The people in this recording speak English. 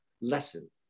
lesson